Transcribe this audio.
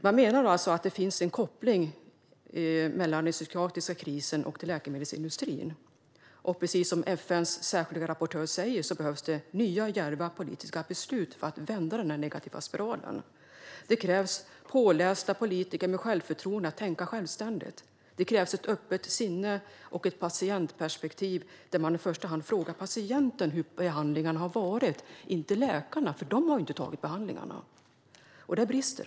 Man menar att det finns en koppling mellan den psykiatriska krisen och läkemedelsindustrin. Precis som FN:s särskilda rapportör säger behövs det nya djärva politiska beslut för att vända den negativa spiralen. Det krävs pålästa politiker med självförtroende att tänka självständigt. Det krävs ett öppet sinne och ett patientperspektiv där man i första hand frågar patienten hur behandlingen har varit och inte läkarna, för de har inte tagit behandlingarna. Där finns det brister.